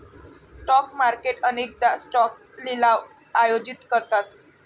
stock market अनेकदा stock लिलाव आयोजित करतात